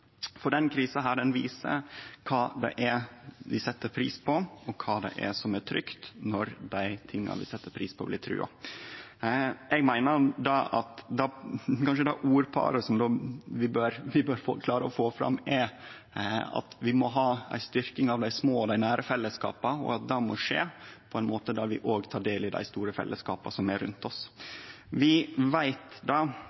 for denne krisa viser kva vi set pris på, og kva som er trygt når det vi set pris på, blir trua. Eg meiner at det ordparet vi kanskje bør klare å få fram, er at vi må ha ei styrking av dei små og nære fellesskapa, og at det må skje på ein måte der vi òg tek del i dei store fellesskapa som er rundt oss. Vi veit at velferdssamfunnet vårt treng sterkare fellesskap, og at fellesskap er meir enn staten – det